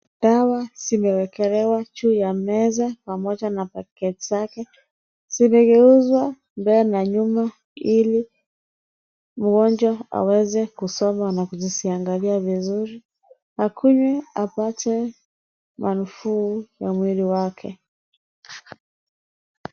Dawa zimewekelewa juu ya meza pamoja na paketi zake zimegeuzwa mbele na nyuma ili mgonjwa aweze kusoma na kuziangalia vizuri akunyweapate manufaa ya mwili wake.